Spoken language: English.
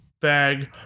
Bag